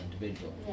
individual